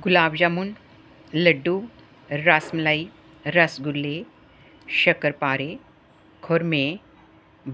ਗੁਲਾਬ ਜਾਮੁਨ ਲੱਡੂ ਰਸਮਲਾਈ ਰਸਗੁਲੇ ਸ਼ਕਰਪਾਰੇ ਖੁਰਮੇ